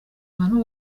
abantu